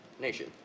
nation